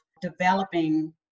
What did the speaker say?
developing